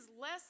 less